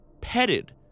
petted